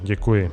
Děkuji.